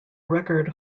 record